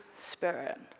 spirit